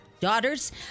daughters